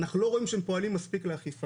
אנחנו לא רואים שהם פועלים מספיק לאכיפה.